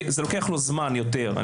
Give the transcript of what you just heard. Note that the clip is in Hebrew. זה לוקח לו זמן יותר.